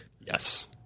Yes